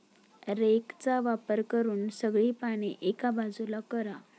रेकचा वापर करून सगळी पाने एका बाजूला करा